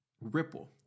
Ripple